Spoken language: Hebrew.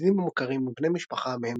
בידידים מכרים ובני משפחה,